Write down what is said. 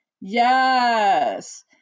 Yes